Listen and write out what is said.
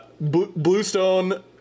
Bluestone